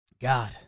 God